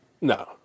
No